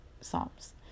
Psalms